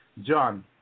John